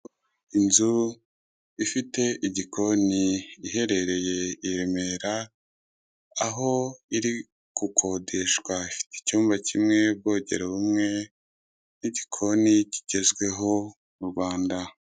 Umuhanda harimo imodoka ndetse n'abagenzi bari gukoresha inzira yagenewe abanyamaguru. Inyubako zubatse mu buryo butandukanye, hari ibyuma biriho insinga zitwara umuriro w'amashanyarazi.